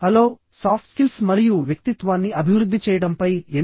hello soft skills మరియు వ్యక్తిత్వాన్ని అభివృద్ధి చేయడంపై ఎన్